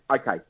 okay